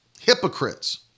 hypocrites